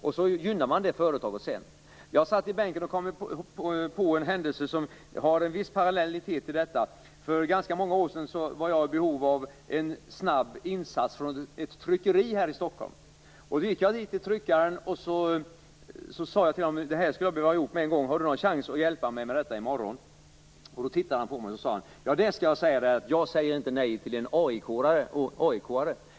Och sedan gynnar man det företaget. Jag kom att tänka på en händelse som har en viss parallellitet med detta. För ganska många år sedan var jag i behov av en snabb insats från ett tryckeri här i Stockholm. Jag gick till tryckaren och sade: Det här skulle jag behöva ha gjort på en gång. Har du någon chans att hjälpa mig i morgon? Då tittade han på mig, och sedan svarade han: Jag säger inte nej till en AIK:are!